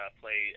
play